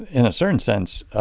in a certain sense,